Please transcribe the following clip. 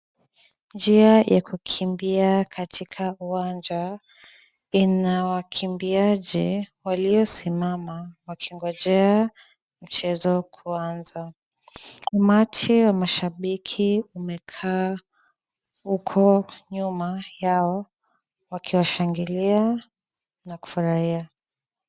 Njia ya kukimbia katika uwanja, ina wakimbiaji waliosimama wakingojea mchezo kuanza. Umati wa mashabiki umekaa huko nyuma yao wakiwa shangilia na kufurahia.